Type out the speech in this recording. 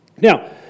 Now